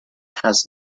has